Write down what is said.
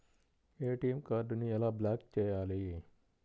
ATM కార్డుని ఎలా block చేయాలి?